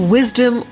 Wisdom